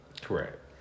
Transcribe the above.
correct